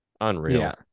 Unreal